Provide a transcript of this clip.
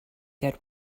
good